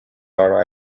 are